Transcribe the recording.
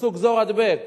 עשו "גזור הדבק".